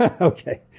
Okay